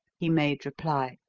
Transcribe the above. he made reply.